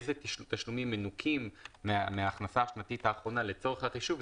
אילו תשלומים מנוכים מן ההכנסה השנתית האחרונה לצורך החישוב,